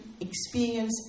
experience